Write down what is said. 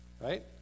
Right